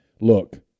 Look